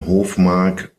hofmark